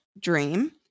dream